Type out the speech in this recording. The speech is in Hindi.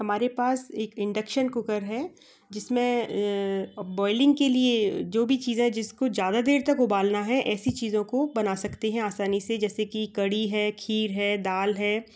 हमारे पास एक इंडक्शन कुकर है जिसमें बॉइलिंग के लिए जो भी चीज़े जिसको ज़्यादा देर तक उबालना है ऐसी चीज़ों को बना सकती है आसानी से जैसे कि कड़ी है खीर है दाल है